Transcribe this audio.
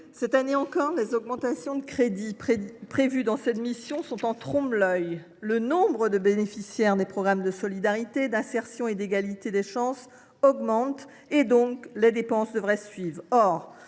cette année encore, les augmentations de crédits prévues dans cette mission sont en trompe l’œil. En effet, le nombre des bénéficiaires des programmes de solidarité, d’insertion et d’égalité des chances augmente de sorte que les dépenses devraient suivre.